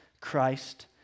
Christ